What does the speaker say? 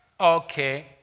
Okay